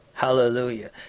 Hallelujah